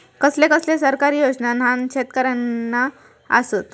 कसले कसले सरकारी योजना न्हान शेतकऱ्यांना आसत?